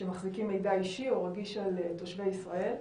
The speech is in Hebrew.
שמחזיקים מידע אישי או רגיש על תושבי ישראל.